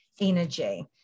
energy